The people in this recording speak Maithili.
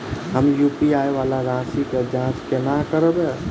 हम यु.पी.आई वला राशि केँ जाँच कोना करबै?